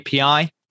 API